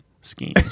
schemes